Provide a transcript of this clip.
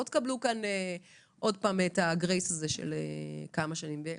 לא תקבלו עוד פעם את הגרייס הזה של כמה שנים.